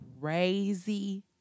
crazy